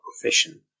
profession